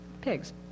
pigs